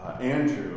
Andrew